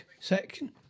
section